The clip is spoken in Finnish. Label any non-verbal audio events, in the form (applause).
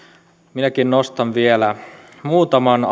minäkin nostan vielä muutaman (unintelligible)